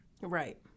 Right